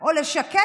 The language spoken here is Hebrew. או לשקד.